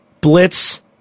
Blitz